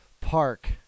Park